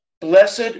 blessed